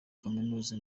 kaminuza